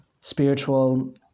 spiritual